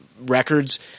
records